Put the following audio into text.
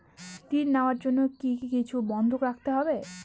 ঋণ নেওয়ার জন্য কি কিছু বন্ধক রাখতে হবে?